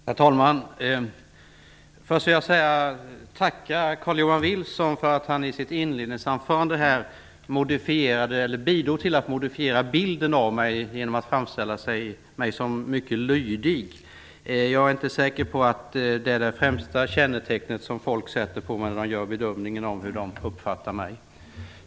Herr talman! Först vill jag tacka Carl-Johan Wilson för att han i sitt inledningsanförande bidrog till att modifiera bilden av mig genom att framställa mig som mycket lydig. Jag är inte säker på att det är det främsta kännetecken som sätts på mig när man gör bedömningen av hur man uppfattar mig.